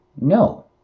No